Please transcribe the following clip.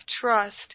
trust